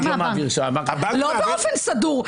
לא באופן סדור.